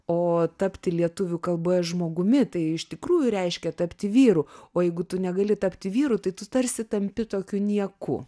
o tapti lietuvių kalboje žmogumi tai iš tikrųjų reiškia tapti vyru o jeigu tu negali tapti vyru tai tu tarsi tampi tokiu nieku